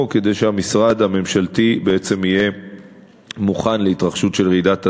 כדי שיהיה מוכן להתרחשות של רעידת אדמה.